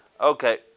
Okay